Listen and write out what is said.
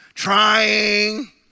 Trying